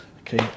Okay